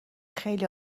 خیلی